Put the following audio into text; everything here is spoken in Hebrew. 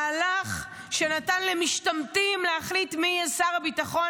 מהלך שנתן למשתמטים להחליט מי יהיה שר הביטחון,